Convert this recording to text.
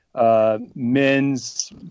men's